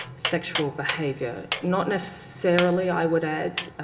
sexual behaviour. not necessarily, i would add,